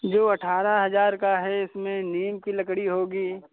जो अठारह हजार का है इसमें नीम की लकड़ी होगी